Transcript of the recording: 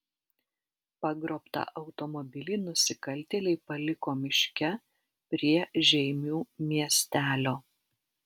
pagrobtą automobilį nusikaltėliai paliko miške prie žeimių miestelio